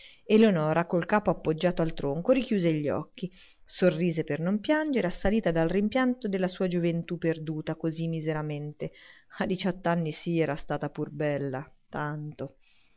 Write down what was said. eleonora col capo appoggiato al tronco richiuse gli occhi sorrise per non piangere assalita dal rimpianto della sua gioventù perduta così miseramente a diciott'anni sì era stata pur bella tanto